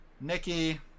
Nikki